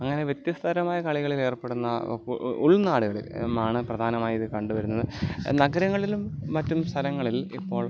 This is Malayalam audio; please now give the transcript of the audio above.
അങ്ങനെ വ്യത്യസ്തതരമായ കളികളിലേർപ്പെടുന്ന ഉൾനാടുകളിൽ മാണ് പ്രധാനമായി ഇത് കണ്ട് വരുന്നത് നഗരങ്ങളിലും മറ്റും സ്ഥലങ്ങളിൽ ഇപ്പോൾ